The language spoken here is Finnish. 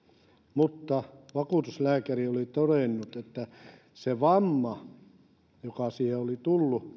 mutta vakuutuslääkäri oli todennut että se vamma joka häneen oli tullut